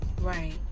Right